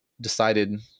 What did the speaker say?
decided